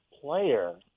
player